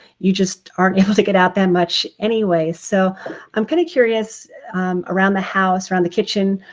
you just aren't able to get out that much anyway. so i'm kind of curious around the house, around the kitchen,